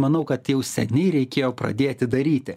manau kad jau seniai reikėjo pradėti daryti